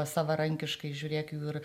savarankiškai žiūrėk jau ir